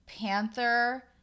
Panther